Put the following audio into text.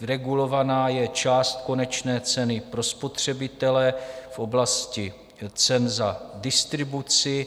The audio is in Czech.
Regulovaná je část konečné ceny pro spotřebitele v oblasti cen za distribuci.